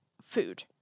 food